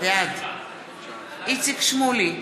בעד איציק שמולי,